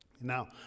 Now